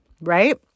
right